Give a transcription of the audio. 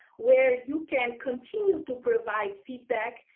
where you can continue to provide feedback.